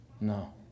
No